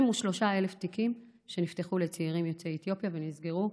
23,000 תיקים נפתחו לצעירים יוצאי אתיופיה ונסגרו.